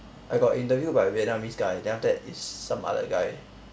I got interviewed by a vietnamese guy then after that is some other guy